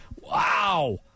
wow